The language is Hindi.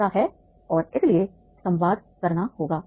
ऐसा है और इसीलिए संवाद करना होगा